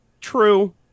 true